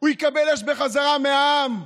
יקבל אש בחזרה מהעם.